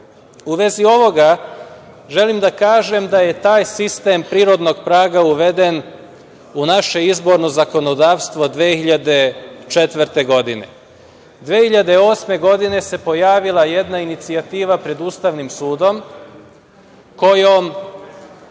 vezi ovoga želim da kažem da je taj sistem prirodnog praga uveden u naše izborno zakonodavstvo 2004. godine. Godine 2008. se pojavila jedna inicijativa pred Ustavnim sudom, kojom